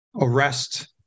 arrest